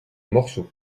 morceau